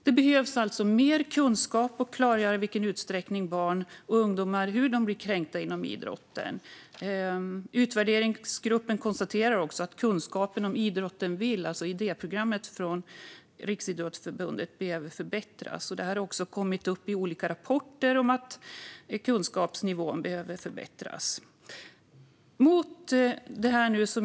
Det behövs alltså mer kunskap för att klargöra hur och i vilken utsträckning barn och ungdomar blir kränkta inom idrotten. Utvärderingsgruppen konstaterar också att kunskapen om Idrotten vill, alltså idéprogrammet från Riksidrottsförbundet, behöver förbättras. Det har också framkommit i olika rapporter att kunskapsnivån behöver höjas.